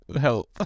help